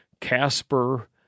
Casper